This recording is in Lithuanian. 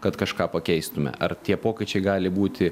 kad kažką pakeistume ar tie pokyčiai gali būti